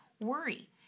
worry